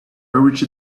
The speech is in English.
reached